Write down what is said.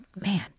Man